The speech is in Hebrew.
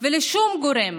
ולשום גורם.